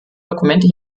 dokumente